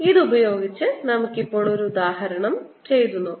ഇത് ഉപയോഗിച്ച് നമുക്ക് ഇപ്പോൾ ഒരു ഉദാഹരണം പരിഹരിക്കാം